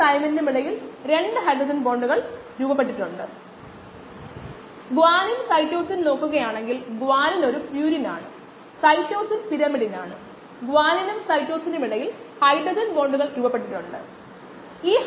bio റിയാക്ടറിൽ നിന്ന് പുറത്തുവരുന്ന വാതകം ഇപ്പോൾ നമ്മൾ മിക്ക എയറോബിക് ബയോ റിയാക്ടർ സിസ്റ്റങ്ങൾക്കും വായു നൽകുന്നു CO ഉം O2ഉം അടങ്ങുന്ന എക്സിറ്റ് ഗ്യാസ് തീർച്ചയായും നൈട്രജനും മറ്റും ബയോ റിയാക്ടറിൽ എന്താണ് സംഭവിക്കുന്നതെന്ന് കുറച്ച് ഇൻപുട്ട് നൽകാനും ഇത് കണക്കാക്കാം